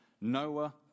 Noah